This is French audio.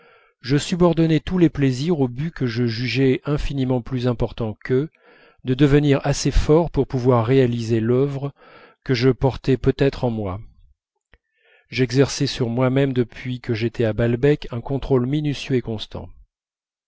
je subordonnais tous les plaisirs au but que je jugeais infiniment plus important qu'eux de devenir assez fort pour pouvoir réaliser l'œuvre que je portais peut-être en moi j'exerçais sur moi-même depuis que j'étais à balbec un contrôle minutieux et constant